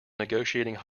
negotiating